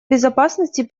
безопасности